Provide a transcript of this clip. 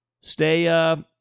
Stay